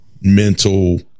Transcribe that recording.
mental